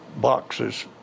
boxes